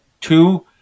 Two